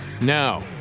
Now